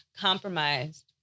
compromised